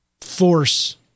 force